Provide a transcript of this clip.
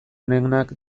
onenak